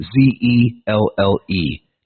Z-E-L-L-E